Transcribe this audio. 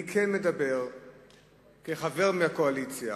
אני כן מדבר כחבר מהקואליציה,